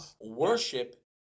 worship